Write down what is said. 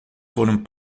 foram